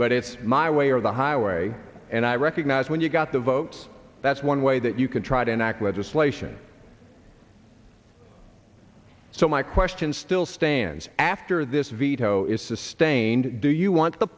but it's my way or the highway and i recognize when you've got the votes that's one way that you can try to enact legislation so my question still stands after this veto is sustained do you want the